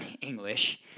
English